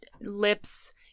Lips